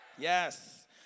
Yes